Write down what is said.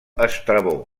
estrabó